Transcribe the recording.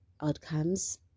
outcomes